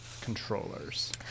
controllers